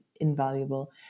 invaluable